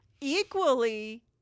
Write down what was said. equally